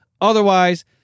otherwise